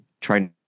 trying